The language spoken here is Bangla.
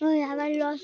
ও হালাই লস